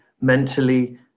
mentally